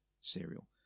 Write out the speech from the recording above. serial